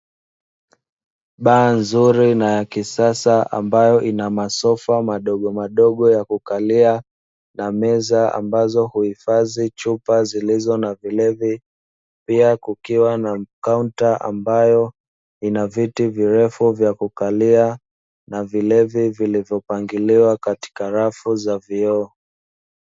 Baa nzuri na ya kisasa ambayo ina masofa madogomadogo ya kukalia na meza ambazo uhifadhi chupa zilizo na vilevi, pia kukiwa na kaunta ambayo inaviti virefu vya kukalia na vilevi vilivyopangiliwa katika rafu za vioo.